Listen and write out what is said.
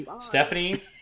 Stephanie